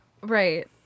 right